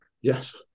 Yes